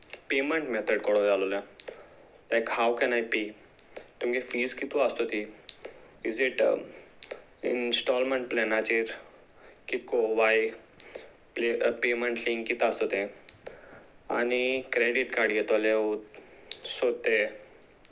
payment method कोळूं जालोले लायक हांव कॅन आय पे तुमगे फीज कितू आसत ती इज इट इन्स्टॉलमेंट प्लॅनाचेर की को वाय पेमेंट लिंक कते आसत तें आनी क्रॅडीट कार्ड घेतले सो ते